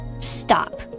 stop